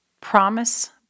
Promise